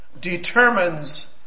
determines